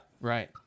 right